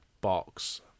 box